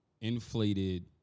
inflated